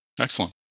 Excellent